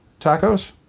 Tacos